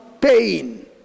pain